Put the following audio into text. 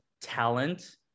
talent